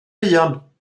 duon